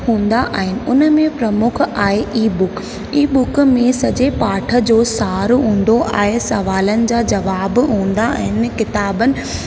हूंदा आहिनि उन में प्रमुख आहे ई बुक ई बुक में सॼे पाठ जो सार हूंदो आहे सुवालनि जा जवाब हूंदा आहिनि किताबनि